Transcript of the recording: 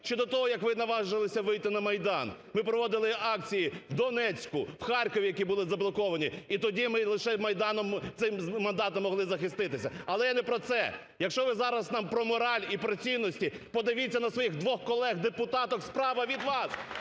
Ще до того як ви наважилися вийти на Майдан, ми проводили акції в Донецьку, в Харкові, які були заблоковані. І тоді ми лише цим мандатом могли захиститися. Але я не про це. Якщо ви зараз нам про мораль і про цінності, подивіться на своїх двох колег-депутаток справа від вас,